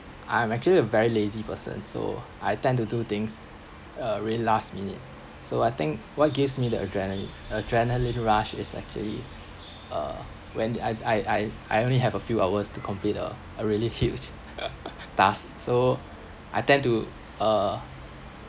I'm actually a very lazy person so I tend to do things uh really last minute so I think what gives me the adrenaline a adrenaline rush is actually uh when did I I I I only have a few hours to complete a a really huge task so I tend to uh